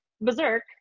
berserk